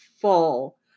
full